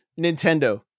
Nintendo